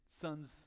sons